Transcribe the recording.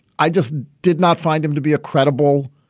i just did not find him to be a credible.